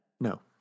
No